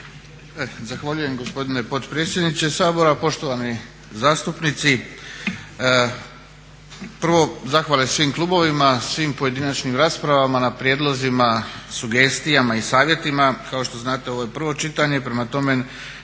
Zahvaljujem gospodine potpredsjedniče Sabora. Poštovani zastupnici. Prvo, zahvale svim klubovima, svim pojedinačnim raspravama na prijedlozima, sugestijama i savjetima. Kao što znate ovo je prvo čitanje, prema tome